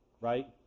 right